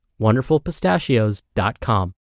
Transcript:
WonderfulPistachios.com